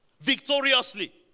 victoriously